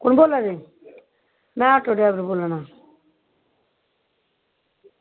कु'न बोला दे में आटो ड्रैवर बोला ना